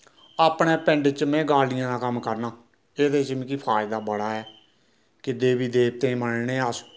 अपने पिण्ड च नैं गालडियें दा कम्म करना एह्ॅदे च मिकी फायदा बड़ा ऐ कि देवी देवतें मन्नने अस